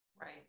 Right